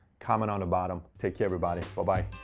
comment on the bottom. take care everybody, but bye